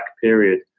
period